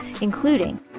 including